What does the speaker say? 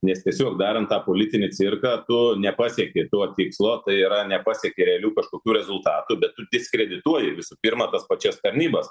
nes tiesiog darant tą politinį cirką tu nepasieki to tikslo tai yra nepasieki realių kažkokių rezultatų bet tu diskredituoji visų pirma tas pačias tarnybas